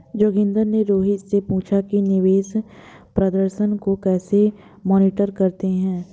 जोगिंदर ने रोहित से पूछा कि निवेश प्रदर्शन को कैसे मॉनिटर करते हैं?